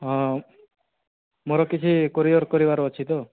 ହଁ ମୋର କିଛି କୋରିଅର୍ କରିବାର ଅଛି ତ